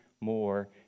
more